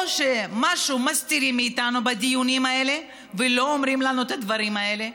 או שמשהו מסתירים מאיתנו בדיונים האלה ולא אומרים לנו את הדברים האלה?